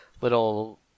little